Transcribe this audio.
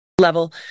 level